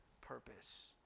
purpose